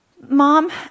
Mom